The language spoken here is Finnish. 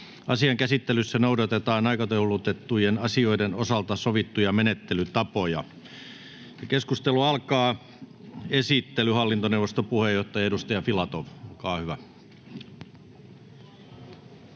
Asian käsittelyssä noudatetaan aikataulutettujen asioiden osalta sovittuja menettelytapoja. — Keskustelu alkaa. Esittely, hallintoneuvoston puheenjohtaja, edustaja Filatov, olkaa hyvä.